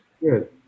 Good